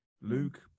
Luke